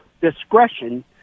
discretion